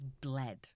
bled